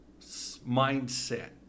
mindset